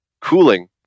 cooling